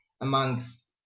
amongst